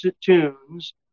tunes